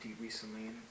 recently